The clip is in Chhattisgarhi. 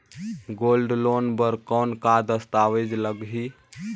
गोल्ड लोन बर कौन का दस्तावेज लगही?